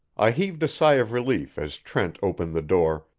i heaved a sigh of relief as trent opened the door,